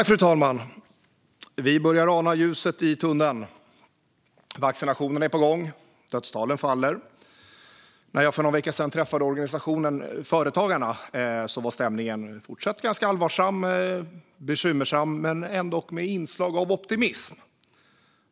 Fru talman! Vi börjar ana ljuset i tunneln. Vaccinationerna är på gång. Dödstalen faller. När jag för någon vecka sedan träffade organisationen Företagarna var stämningen fortsatt ganska allvarsam och bekymrad men ändock med inslag av optimism.